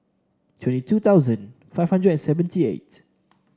twenty two thousand five hundred and seventy eight